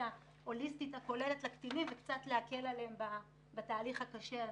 ההוליסטית הכוללת לקטינים וקצת להקל עליהם בתהליך הקשה הזה.